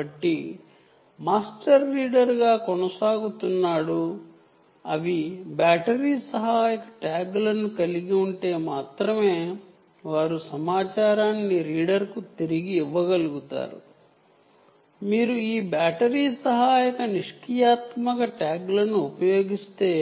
కాబట్టి మాస్టర్ రీడర్గా కొనసాగుతుంది మరియు అవి బ్యాటరీ సహాయక ట్యాగ్లను కలిగి ఉంటే మాత్రమే అవి సమాచారాన్ని రీడర్కు తిరిగి ఇవ్వగలుగుతుంది మరియు మీరు ఈ బ్యాటరీ సహాయక పాసివ్ ట్యాగ్లను ఉపయోగిస్తే